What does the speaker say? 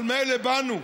מילא בנו,